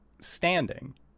standing